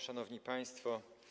Szanowni Państwo!